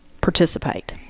participate